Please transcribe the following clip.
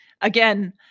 again